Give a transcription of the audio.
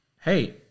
hey